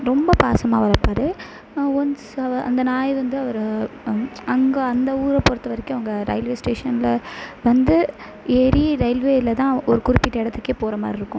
ரொம்ப பாசமாக வளர்ப்பாரு ஒன்ஸ் அவ அந்த நாய் வந்து அவர் அங்கே அந்த ஊரை பொறுத்த வரைக்கும் அங்கே ரெயில்வே ஸ்டேஷனில் வந்து ஏறி ரெயில்வேயிலதான் ஒரு குறிப்பிட்ட இடத்துக்கே போகிற மாதிரி இருக்கும்